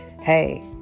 hey